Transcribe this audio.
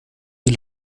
die